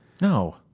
No